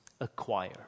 Acquire